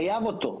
חייב אותו.